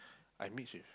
I mix with